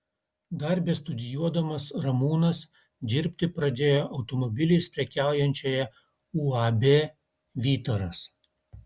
dar bestudijuodamas ramūnas dirbti pradėjo automobiliais prekiaujančioje uab vytaras